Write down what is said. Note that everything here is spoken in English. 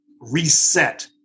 reset